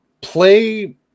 play